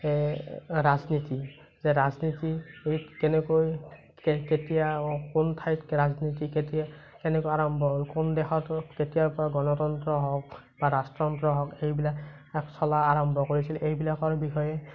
ৰাজনীতি ৰাজনীতিবিদ কেনেকৈ কে কেতিয়া কোন ঠাইত ৰাজনীতি কেতিয়া কেনেকৈ আৰম্ভ হ'ল কোন দেশত কেতিয়াৰ পৰা গণতন্ত্ৰ হওঁক বা ৰাজতন্ত্ৰ হওঁক এইবিলাক চলা আৰম্ভ কৰিছিল এইবিলাকৰ বিষয়ে